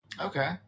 Okay